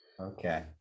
Okay